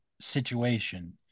situation